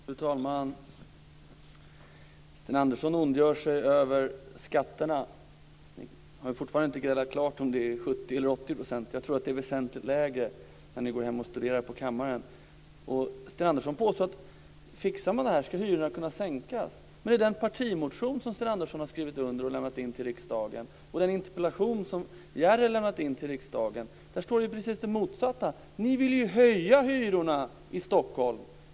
Fru talman! Sten Andersson ondgör sig över skatterna. Vi har fortfarande inte grälat klart om det är 70 % eller 80 %. Jag tror att det visar sig vara väsentligt lägre när ni går hem och studerar på kammaren. Sten Andersson påstår att om man fixar skatten ska hyrorna kunna sänkas. Men i den partimotion som Sten Andersson har skrivit under och lämnat in till riksdagen och i den interpellation som Henrik Järrel har lämnat in till riksdagen står precis det motsatta. Ni vill ju höja hyrorna i Stockholm!